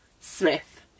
Smith